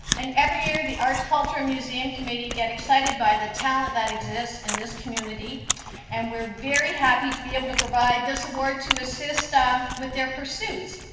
and every year the arts, culture and museum committee. get excited by the talent that exists in this community and we're very happy to be able to provide this award to assist ah with their pursuits.